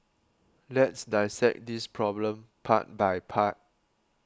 let's dissect this problem part by part